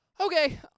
Okay